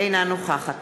אינה נוכחת